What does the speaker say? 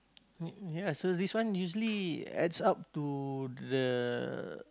ya ya so this one usually adds up to the